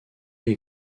est